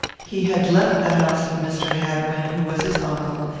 he had left the house of mr. hadwin, who was his uncle,